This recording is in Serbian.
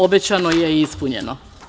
Obećano je i ispunjeno.